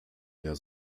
der